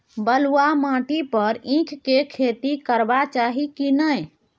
बलुआ माटी पर ईख के खेती करबा चाही की नय?